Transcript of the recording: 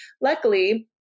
luckily